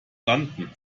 landen